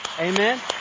Amen